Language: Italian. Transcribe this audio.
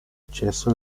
accesso